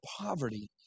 poverty